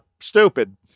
stupid